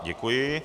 Děkuji.